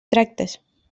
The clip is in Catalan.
tractes